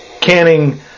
canning